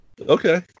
Okay